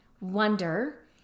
wonder